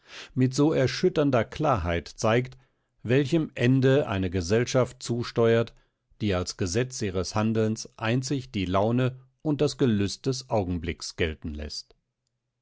mit so erschütternder klarheit zeigt welchem ende eine gesellschaft zusteuert die als gesetz ihres handelns einzig die laune und das gelüst des augenblicks gelten läßt